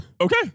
Okay